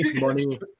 money